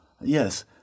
yes